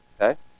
okay